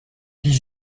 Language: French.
dix